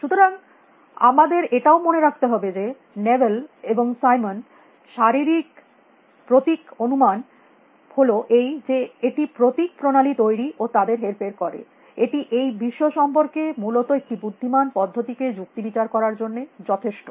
সুতরাং আমাদের এটাও মনে রাখতে হবে যে নেবল এবং সিমন শারীরিক প্রতীক অনুমান হল এই যে এটি প্রতীক প্রণালী তৈরী ও তাদের হেরফের করে এটি এই বিশ্ব সম্পর্কে মূলত একটি বুদ্ধিমান পদ্ধতিতে যুক্তি বিচার করার জন্য যথেষ্ট